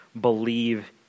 believe